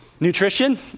Nutrition